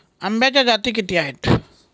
आंब्याच्या जाती किती आहेत?